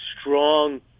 strong